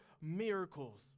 miracles